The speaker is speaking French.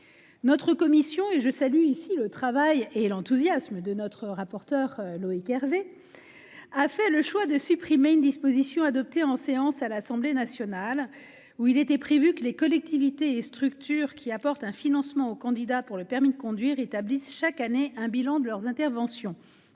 Notre commission- je salue ici le travail et l'enthousiasme de notre rapporteur, Loïc Hervé -a fait le choix de supprimer une disposition adoptée en séance à l'Assemblée nationale : il était prévu que les collectivités et structures apportant un financement aux candidats pour le permis de conduire établissent chaque année un bilan de leurs interventions.